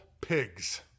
pigs